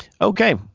Okay